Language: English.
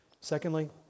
Secondly